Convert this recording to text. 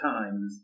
Times